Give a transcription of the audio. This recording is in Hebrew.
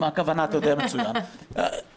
אתה יודע מצוין למה הכוונה.